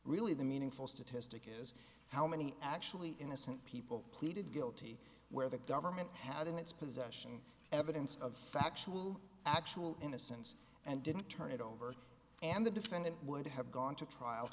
really the meaningful statistic is how many actually innocent people pleaded guilty where the government had in its possession evidence of factual actual innocence and didn't turn it over and the defendant would have gone to trial